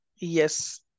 Yes